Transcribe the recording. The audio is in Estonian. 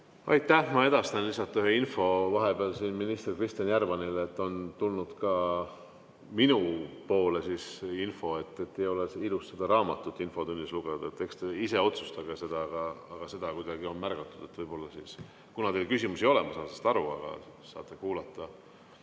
Aitäh! Ma edastan lihtsalt ühe info vahepeal siin minister Kristjan Järvanile, et on tulnud minule info, et ei ole ilus seda raamatut infotunnis lugeda. Eks te ise otsustage, aga seda kuidagi on märgatud. Võib-olla siis ... Kuna teile küsimusi ei ole, ma saan sest aru, aga saate kuulata